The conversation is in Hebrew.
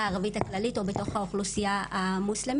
הערבית הכללית או בתוך האוכלוסייה המוסלמית.